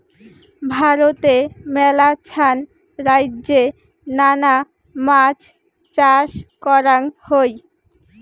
ভারতে মেলাছান রাইজ্যে নানা মাছ চাষ করাঙ হই